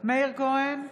מאיר כהן,